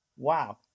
Wow